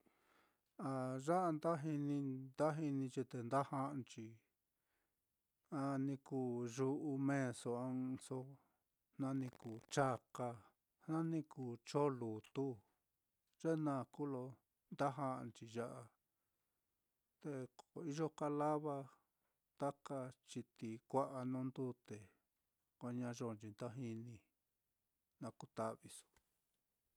A ya'a nda jin nda jininchi te nda ja'anchi, nani kuu yu'u meeso á ɨ́ɨ́n ɨ́ɨ́nso, na ni kuu chaka, na ni kuu chon lutu, ye naá kuu ye lo nda ja'anchi ya á, te iyo ka lava ka chitií kua'a nuu ndute ko ñayo nchi nda jini, na kuta'viso.